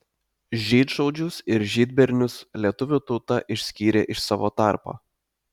žydšaudžius ir žydbernius lietuvių tauta išskyrė iš savo tarpo